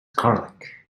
garlic